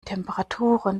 temperaturen